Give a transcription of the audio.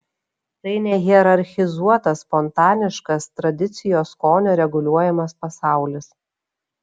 tai nehierarchizuotas spontaniškas tradicijos skonio reguliuojamas pasaulis